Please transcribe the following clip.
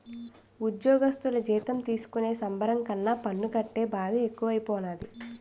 ఉజ్జోగస్థులు జీతం తీసుకునే సంబరం కన్నా పన్ను కట్టే బాదే ఎక్కువైపోనాది